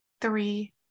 three